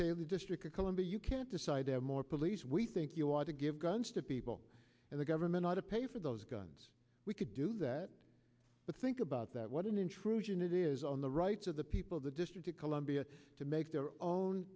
save the district of columbia you can't decide to have more police we think you ought to give guns to people and the government ought to pay for those guns we could do that but think about that what an intrusion it is on the rights of the people of the district of columbia to make their own